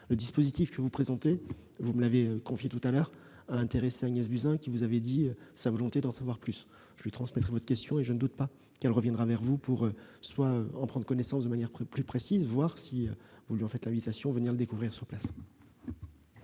le dispositif que vous présentez a intéressé Agnès Buzyn, qui vous a dit son souhait d'en savoir plus : je lui transmettrai votre question et je ne doute pas qu'elle reviendra vers vous pour en prendre connaissance de manière plus précise, voire, si vous lui en faites l'invitation, pour le découvrir sur place.